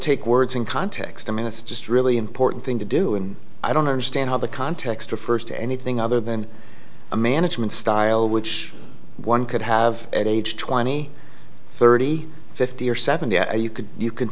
take words in context i mean it's just really important thing to do and i don't understand how the context refers to anything other than a management style which one could have at age twenty thirty fifty or seventy a you could you could